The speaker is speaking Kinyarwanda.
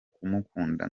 kumukunda